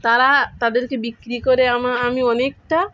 তারা তাদেরকে বিক্রি করে আমা আমি অনেকটা